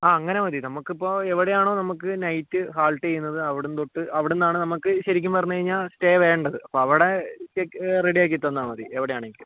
ആ അങ്ങനെ മതി നമ്മൾക്കിപ്പോൾ എവിടെയാണോ നമ്മൾക്ക് നൈറ്റ് ഹാൾട്ട് ചെയ്യുന്നത് അവിടംന്തൊട്ട് അവിടെ നിന്നാണ് നമുക്ക് ശരിക്കും പറഞ്ഞ് കഴിഞ്ഞാൽ സ്റ്റേ വേണ്ടത് അപ്പോൾ അവിടെ റെഡി ആക്കി തന്നാൽമതി എവിടെ ആണെങ്കിലും